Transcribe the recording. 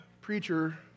preacher